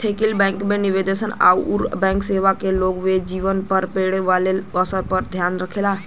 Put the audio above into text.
ethical bank में निवेश आउर बैंक सेवा क लोगन के जीवन पर पड़े वाले असर पर ध्यान रखल जाला